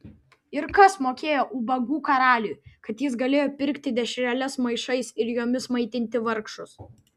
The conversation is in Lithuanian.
ir kas mokėjo ubagų karaliui kad jis galėjo pirkti dešreles maišais ir jomis maitinti vargšus